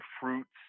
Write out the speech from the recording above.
fruits